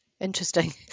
interesting